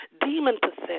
demon-possessed